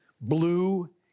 blue